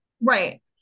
Right